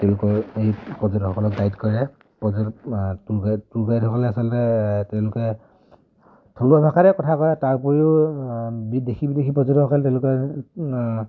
তেওঁলোকৰ এই পৰ্যটকসকলক গাইড কৰে পৰ্যটক টুৰ গাইড টুৰ গাইডসকলে আচলতে তেওঁলোকে থলুৱা ভাষাৰে কথা কয় তাৰ উপৰিও বিদেশী বিদেশী পৰ্যটকসকলে তেওঁলোকে